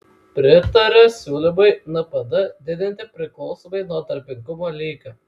pritaria siūlymui npd didinti priklausomai nuo darbingumo lygio